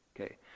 Okay